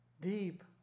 deep